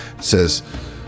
says